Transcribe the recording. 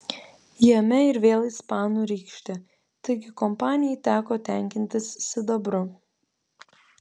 jame ir vėl ispanų rykštė taigi kompanijai teko tenkintis sidabru